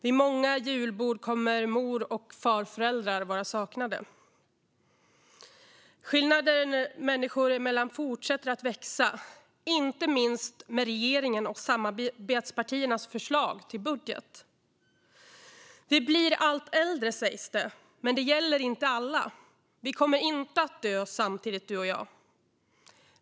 Vid många julbord kommer mor och farföräldrar att vara saknade. Skillnaden människor emellan fortsätter att växa, inte minst med regeringens och samarbetspartiernas förslag till budget. Vi blir allt äldre, sägs det, men det gäller inte alla. Vi kommer inte att dö samtidigt, du och jag.